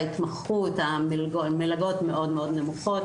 בהתמחות המלגות מאוד מאוד נמוכות,